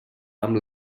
amb